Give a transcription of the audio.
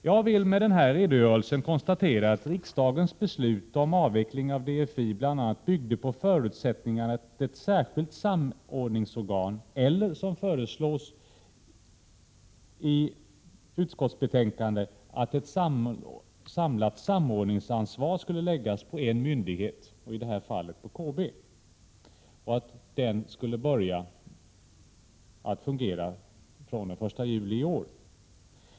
Jag vill med denna redogörelse konstatera att riksdagens beslut om avveckling av DIF bl.a. byggde på förutsättningen att ett särskilt samordningsorgan eller, som föreslås i utskottsbetänkandet, ett samlat samordningsansvar skulle läggas på en myndighet, i detta fall KB, och att detta skulle inrättas fr.o.m. den 1 juli 1988.